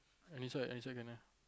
any any can ah